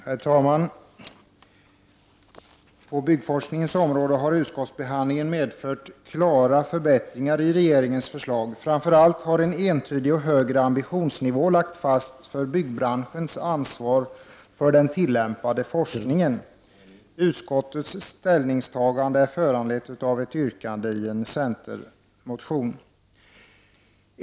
Herr talman! På byggforskningens område har utskottsbehandlingen medfört klara förbättringar i regeringens förslag. Framför allt har en entydig och högre ambitionsnivå lagts fast för byggbranschens ansvar för den tillämpade forskningen. Utskottets ställningstagande är föranlett av ett yrkande i en centermotion.